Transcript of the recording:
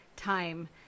time